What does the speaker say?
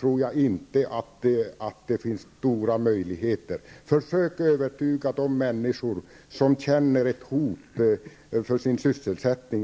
tror jag inte att det finns stora möjligheter. Attefall kan i sin hembygd försöka övertyga de människor som känner ett hot för sin sysselsättning.